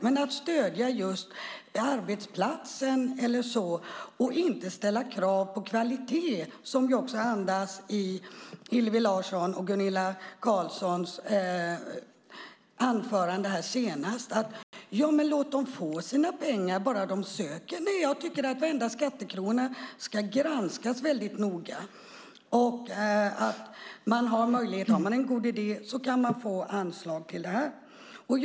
Men man ska inte stödja arbetsplatsen utan att ställa några krav på kvalitet, något som Hillevi Larssons och Gunilla Carlssons senaste anföranden andas - låt dem få sina pengar bara de söker. Nej, jag tycker att varenda skattekrona ska granskas väldigt noga. Har man en god idé kan man som sagt få anslag.